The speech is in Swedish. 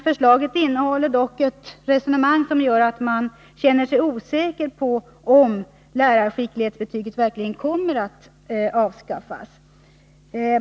Förslaget innehåller dock ett resonemang som gör att de lärarstuderande känner sig osäkra på om lärarskicklighetsbetyget verkligen kommer att avskaffas.